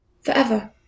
forever